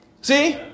see